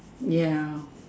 ya